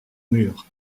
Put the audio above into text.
mur